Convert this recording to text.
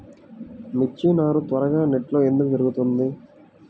మిర్చి నారు త్వరగా నెట్లో ఎందుకు పెరుగుతుంది?